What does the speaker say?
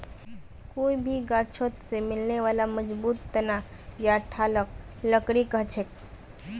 कोई भी गाछोत से मिलने बाला मजबूत तना या ठालक लकड़ी कहछेक